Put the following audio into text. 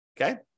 okay